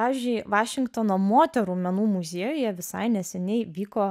pavyzdžiui vašingtono moterų menų muziejuje visai neseniai vyko